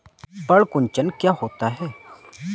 पर्ण कुंचन क्या होता है?